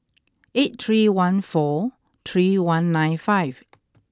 eight three one four three one nine five